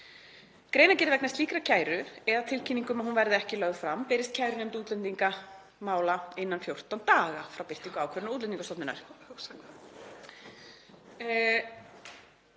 Greinargerð vegna slíkrar kæru, eða tilkynning um að hún verði ekki lögð fram, berist kærunefnd útlendingamála innan 14 daga frá birtingu ákvörðunar Útlendingastofnunar